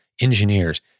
engineers